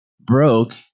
broke